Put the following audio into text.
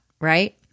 Right